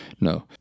No